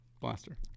Blaster